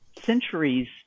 centuries